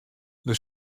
der